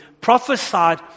prophesied